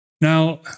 Now